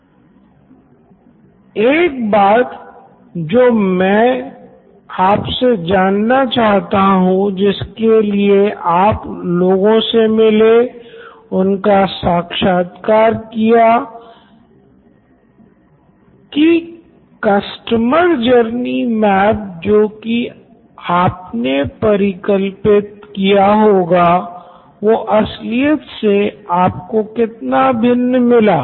professor एक बात जो मैं आपसे जानना चाहता हूं जिसके लिए आप लोगों से मिले उनका साक्षात्कार किया कि कस्टमर जर्नी मैप जो की आपने परिकल्पित किया होगा वो असलियत से आपको कितना भिन्न मिला